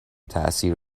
تاثیر